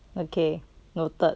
okay noted